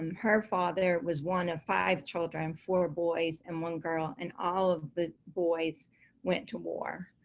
and her father was one of five children, four boys and one girl. and all of the boys went to war,